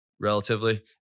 relatively